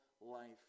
life